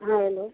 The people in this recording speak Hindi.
हाँ हेलो